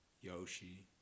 Yoshi